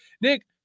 nick